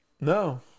No